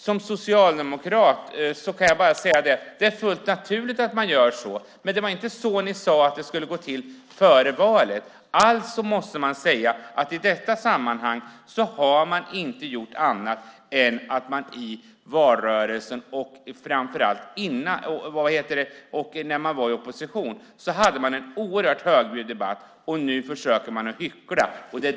Som socialdemokrat kan jag bara säga att det är fullt naturligt att man gör så, men det var inte så ni sade att det skulle gå till före valet. I valrörelsen och i opposition förde ni en oerhört högljudd debatt. Nu försöker ni att hyckla.